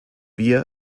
wir